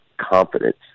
confidence